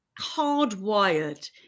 hardwired